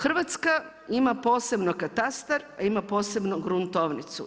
Hrvatska ima posebno katastar, a ima posebno gruntovnicu.